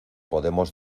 podemos